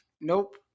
Nope